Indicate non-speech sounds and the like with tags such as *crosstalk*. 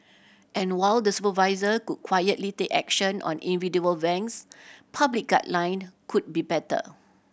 and while the supervisor could quietly take action on individual *unintelligible* public guideline could be better